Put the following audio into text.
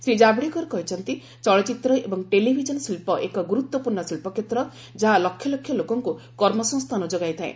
ଶ୍ରୀ ଜାଭେଡକର କହିଛନ୍ତି ଚଳଚ୍ଚିତ୍ର ଏବଂ ଟେଲିଭିଜନ ଶିଳ୍ପ ଏକ ଗୁରୁତ୍ୱପୂର୍ଣ୍ଣ ଶିଳ୍ପକ୍ଷେତ୍ର ଯାହା ଲକ୍ଷଲକ୍ଷ ଲୋକଙ୍କୁ କର୍ମସଂସ୍ଥାନ ଯୋଗାଇଥାଏ